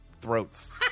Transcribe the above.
throats